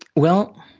well,